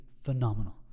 phenomenal